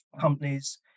companies